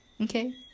okay